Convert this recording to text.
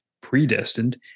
predestined